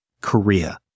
Korea